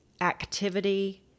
activity